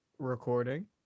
recording